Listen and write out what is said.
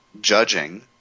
judging